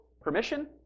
permission